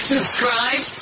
Subscribe